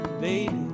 Baby